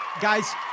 guys